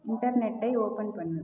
இன்டர்நெட்டை open பண்ணு